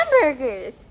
hamburgers